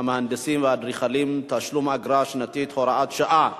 והאדריכלים (תשלום אגרה שנתית, הוראת שעה),